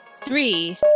three